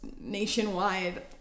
nationwide